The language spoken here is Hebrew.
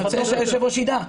אני רוצה שהיושב-ראש ידע.